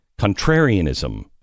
contrarianism